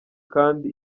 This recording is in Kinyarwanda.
kandi